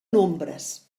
nombres